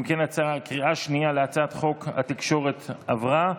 אם כן, בקריאה השנייה הצעת חוק התקשורת עברה.